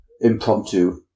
impromptu